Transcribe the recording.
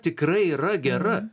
tikrai yra gera